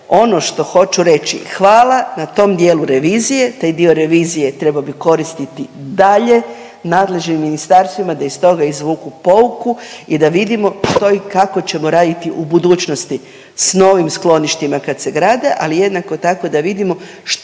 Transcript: ono što hoću reći, hvala na tom dijelu revizije, taj dio revizije trebao bi koristiti dalje nadležnim ministarstvima da iz toga izvuku pouku i da vidimo to i kako ćemo raditi u budućnosti s novim skloništima kad se grade, ali jednako tako, da vidimo što